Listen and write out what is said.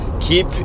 Keep